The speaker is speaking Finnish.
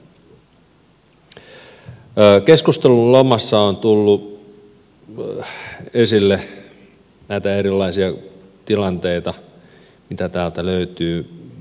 keskustelun lomassa on tullut esille näitä erilaisia tilanteita mitä täältä löytyy